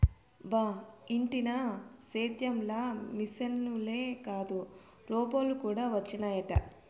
బా ఇంటినా సేద్యం ల మిశనులే కాదు రోబోలు కూడా వచ్చినయట